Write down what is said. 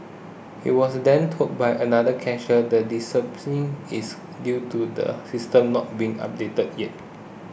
he was then told by another cashier the is due to the system not being updated yet